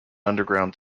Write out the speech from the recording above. underground